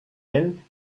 ell